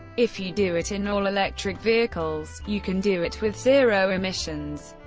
if you do it in all-electric vehicles, you can do it with zero emissions.